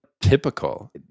typical